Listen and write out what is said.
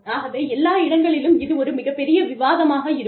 ஆகவே எல்லா இடங்களிலும் இது ஒரு மிகப்பெரிய விவாதமாக இருக்கும்